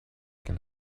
can